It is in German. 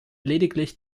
lediglich